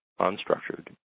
unstructured